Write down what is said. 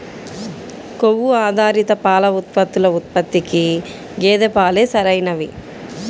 కొవ్వు ఆధారిత పాల ఉత్పత్తుల ఉత్పత్తికి గేదె పాలే సరైనవి